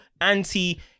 anti